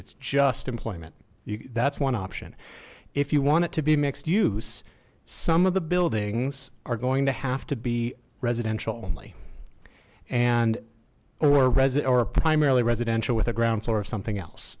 it's just employment that's one option if you want it to be mixed use some of the buildings are going to have to be residential only and or resident or primarily residential with a ground floor of something else